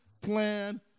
plan